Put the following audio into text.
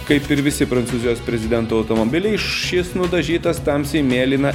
kaip ir visi prancūzijos prezidentų automobiliai šis nudažytas tamsiai mėlyna